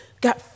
got